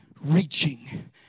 reaching